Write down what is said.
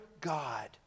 God